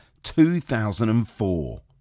2004